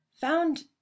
found